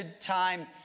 time